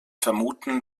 vermuten